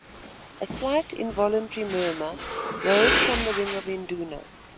a slight involuntary murmur rose from the ring of indunas,